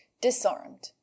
disarmed